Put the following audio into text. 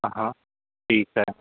हां हां ठीक आहे